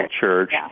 church